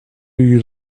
you